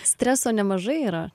streso nemažai yra